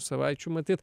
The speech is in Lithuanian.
savaičių matyt